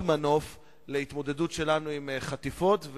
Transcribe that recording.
מנוף במשא-ומתן להתמודדות שלנו עם חטיפות,